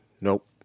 nope